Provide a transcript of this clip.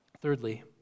Thirdly